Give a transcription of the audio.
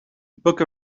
book